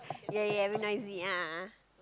ya ya very noisy ah ah ah